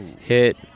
hit